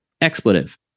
expletive